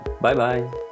Bye-bye